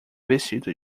vestido